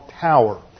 tower